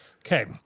Okay